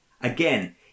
again